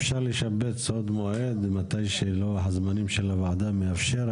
אפשר לשבץ עוד מועד מתי שלוח הזמנים של הוועדה מאפשר,